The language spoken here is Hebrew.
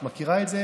את מכירה את זה,